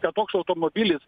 kad toks automobilis